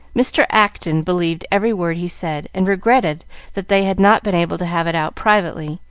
mr. acton believed every word he said, and regretted that they had not been able to have it out privately,